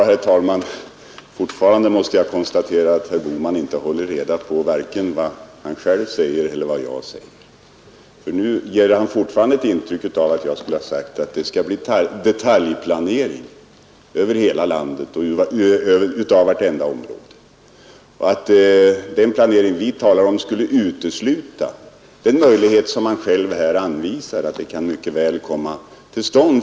Herr talman! Fortfarande måste jag konstatera att herr Bohman inte håller reda på vare sig vad han själv säger eller vad jag säger. Nu ger han fortfarande ett intryck av att jag skulle ha sagt att det skulle bli detaljplanering över hela landet och av vartenda område och att den planering vi talar om skulle utesluta den fritidsbebyggelse som han talar för. Fritidsbebyggelse skall naturligtvis komma till stånd.